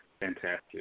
fantastic